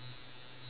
because